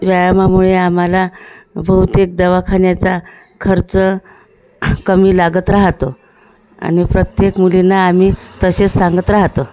व्यायामामुळे आम्हाला बहुतेक दवाखान्याचा खर्च कमी लागत राहतो आणि प्रत्येक मुलींना आम्ही तसेच सांगत राहतो